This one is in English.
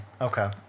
Okay